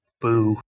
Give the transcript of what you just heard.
Boo